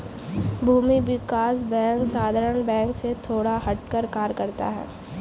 भूमि विकास बैंक साधारण बैंक से थोड़ा हटकर कार्य करते है